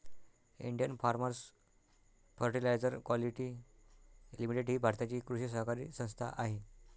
Indian farmers fertiliser quality limited ही भारताची कृषी सहकारी संस्था आहे